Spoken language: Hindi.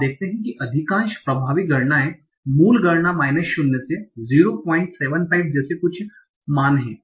आप देखते हैं कि अधिकांश प्रभावी गणनाएं मूल गणना माइनस से 075 जैसे कुछ मान हैं